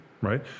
Right